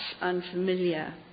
unfamiliar